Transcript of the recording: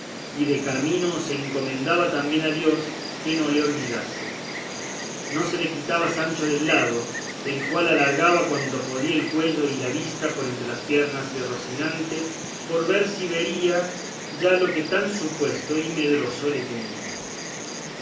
y de camino se encomendaba también a dios que no le olvidase no se le quitaba sancho del lado el cual alargaba cuanto podía el cuello y la vista por entre las piernas de rocinante por ver si vería ya lo que tan suspenso y medroso le tenía